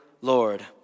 Lord